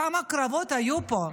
כמה קרבות היו פה,